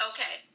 Okay